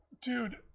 dude